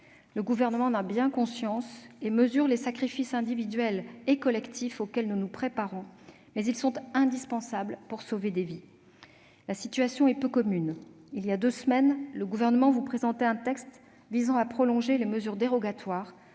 le Gouvernement en a conscience et mesure les sacrifices individuels et collectifs auxquels nous nous préparons : ils sont indispensables pour sauver des vies. La situation est peu commune. Il y a deux semaines, le Gouvernement vous présentait un texte visant à prolonger les mesures dérogatoires